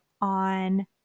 on